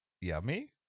yummy